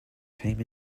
came